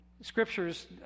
scriptures